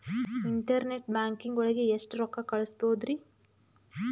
Internet banking ಒಳಗೆ ಎಷ್ಟ್ ರೊಕ್ಕ ಕಲ್ಸ್ಬೋದ್ ರಿ?